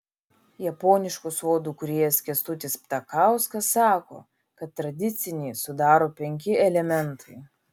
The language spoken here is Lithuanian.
japoniškų sodų kūrėjas kęstutis ptakauskas sako kad tradicinį sudaro penki elementai